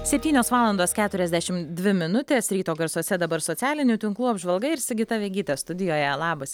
septynios valandos keturiasdešimt dvi minutės ryto garsuose dabar socialinių tinklų apžvalga ir sigita vegytė studijoje labas